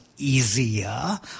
easier